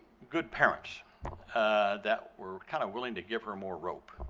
good parents that were kind of willing to give her more rope.